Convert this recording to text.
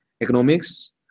economics